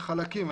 בחלקים.